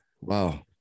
Wow